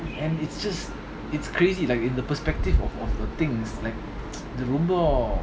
and it's just it's crazy like in the perspective of of uh things like ரொம்ப:romba